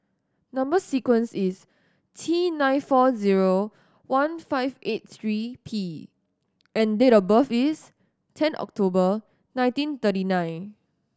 number sequence is T nine four zero one five eight three P and date of birth is ten October nineteen thirty nine